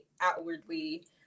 outwardly